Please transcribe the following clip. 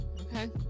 Okay